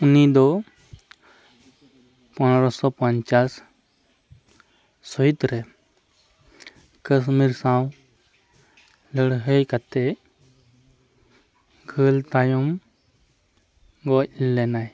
ᱩᱱᱤ ᱫᱚ ᱯᱚᱱᱨᱚ ᱥᱚ ᱯᱚᱧᱪᱟᱥ ᱥᱟᱹᱦᱤᱛ ᱨᱮ ᱠᱟᱹᱦᱱᱟᱹᱨ ᱥᱟᱶ ᱞᱟᱹᱲᱦᱟᱹᱭ ᱠᱟᱛᱮᱫ ᱜᱷᱟᱹᱞ ᱛᱟᱭᱚᱢ ᱜᱚᱡ ᱞᱮᱱᱟᱭ